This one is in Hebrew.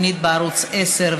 תוכנית בערוץ 10,